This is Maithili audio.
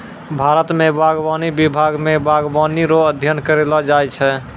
भारत मे बागवानी विभाग मे बागवानी रो अध्ययन करैलो जाय छै